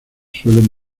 suelen